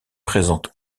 présente